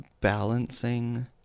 balancing